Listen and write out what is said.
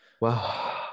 wow